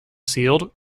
sealed